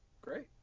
Great